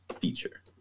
feature